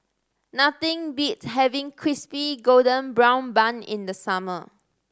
nothing beats having Crispy Golden Brown Bun in the summer